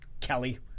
Kelly